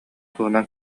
туһунан